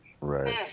right